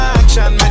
action